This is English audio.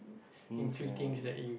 means like